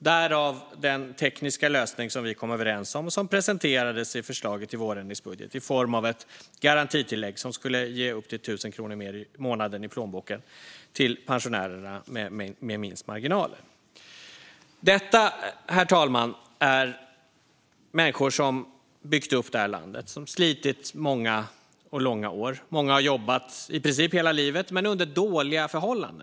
Därav den tekniska lösning som vi kom överens om och som presenterades i förslaget till vårändringsbudget i form av ett garantitillägg som skulle ge upp till 1 000 kronor mer i månaden i plånboken till pensionärerna med minst marginaler. Herr talman! Detta är människor som byggt upp det här landet. De har slitit många och långa år. Många har jobbat i princip hela livet men under dåliga förhållanden.